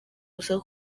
ubusa